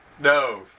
No